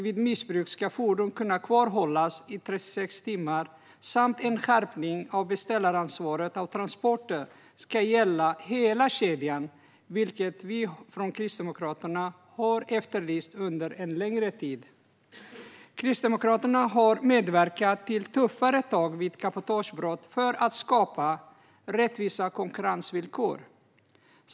Vid missbruk ska fordon kunna kvarhållas i 36 timmar. En skärpning av beställaransvaret för transporter ska gälla hela kedjan, vilket vi från Kristdemokraterna har efterlyst under en längre tid. Kristdemokraterna har medverkat till tuffare tag vid cabotagebrott för att skapa rättvisa konkurrensvillkor.